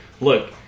look